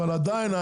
אבל עדיין,